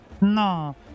No